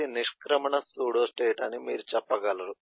ఇది నిష్క్రమణ సూడోస్టేట్ అని మీరు చెప్పగలరు